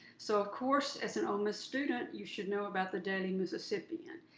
so, of course, as an ole miss student, you should know about the daily mississippian.